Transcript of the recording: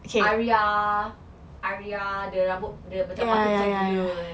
aria aria the rambut macam besar gila kan